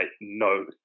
no